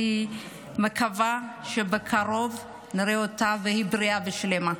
אני מקווה שבקרוב נראה אותה ושהיא בריאה ושלמה.